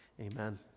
Amen